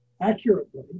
accurately